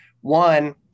one